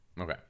okay